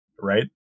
Right